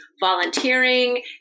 volunteering